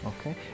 okay